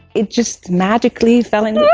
it just magically fell into